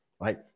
Right